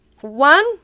one